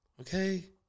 Okay